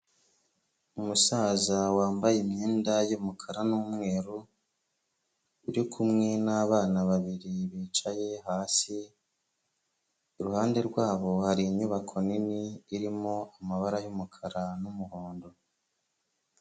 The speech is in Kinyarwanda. Umusaza wambaye imyenda y'umukara n'umweru, uri kumwe n'abana babiri bicaye hasi, iruhande rwabo hari inyubako nini irimo amabara y'umukara n'umuhondo.